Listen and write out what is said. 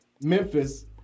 Memphis